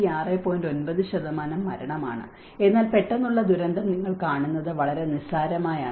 9 മരണമാണ് എന്നാൽ പെട്ടെന്നുള്ള ദുരന്തം നിങ്ങൾ കാണുന്നത് വളരെ നിസ്സാരമായാണ്